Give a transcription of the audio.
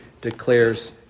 declares